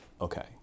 Okay